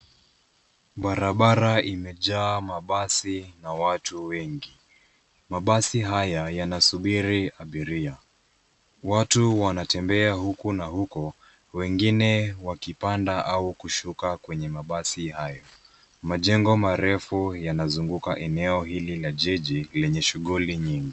Barabara imejaa mabasi na watu wengi. Mabasi haya yanasubiri abiria. Watu wanatembea huku na huko , wengine wakipanda au kushuka kwenye mabasi hayo. Majengo marefu yanazunguka eneo hili la jiji lenye shuguli nyingi.